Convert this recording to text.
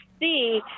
see